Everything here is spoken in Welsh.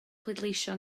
pleidleisio